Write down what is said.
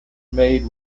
made